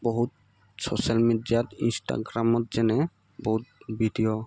বহুত ছ'চিয়েল মিডিয়াত ইনষ্টাগ্ৰামত যেনে বহুত ভিডিঅ'